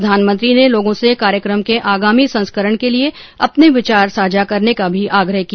प्रधानमंत्री ने लोगों से कार्यक्रम के आगामी संस्करण के लिए अपने विचार साझा करने का भी आग्रह किया